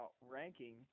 ranking